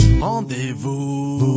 rendez-vous